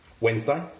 Wednesday